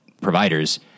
providers